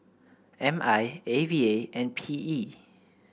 M I A V A and P E